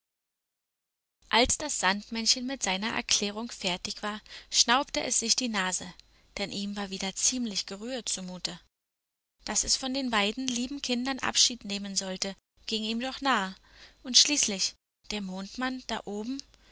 als das sandmännchen mit seiner erklärung fertig war schnaubte es sich die nase denn ihm war wieder ziemlich gerührt zumute daß es von den beiden lieben kindern abschied nehmen sollte ging ihm doch nahe und schließlich der mondmann da oben